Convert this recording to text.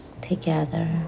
together